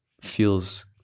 feels